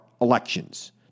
elections